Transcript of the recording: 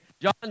John